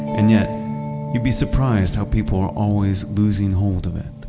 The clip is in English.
and yet you'd be surprised how people are always losing hold of it.